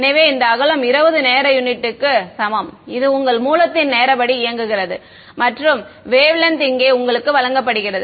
எனவே இந்த அகலம் 20 நேர யூனிட்டுக்கு சமம் இது உங்கள் மூலத்தின் நேரபடி இயங்குகிறது மற்றும் வேவ் லென்த் இங்கே உங்களுக்கு வழங்கப்படுகிறது